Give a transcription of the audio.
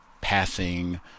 Passing